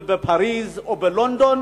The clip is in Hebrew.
בפריס או בלונדון,